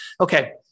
Okay